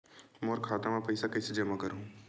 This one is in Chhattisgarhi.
मोर खाता म पईसा कइसे जमा करहु?